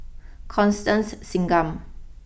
Constance Singam